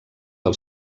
del